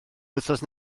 wythnos